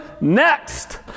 Next